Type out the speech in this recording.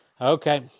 okay